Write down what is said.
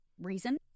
reason